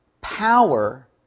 power